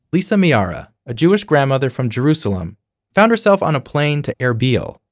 lisa miara a jewish grandmother from jerusalem found herself on a plane to erbil,